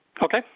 Okay